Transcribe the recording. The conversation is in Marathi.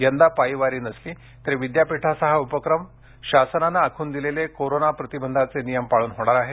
यंदा पायी वारी नसली तरी विद्यापीठाचां हा उपक्रम शासनाने आखून दिलेले कोरोना प्रतिबंधाचे नियम पाळून होणार आहे